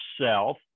self